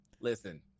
Listen